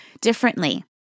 differently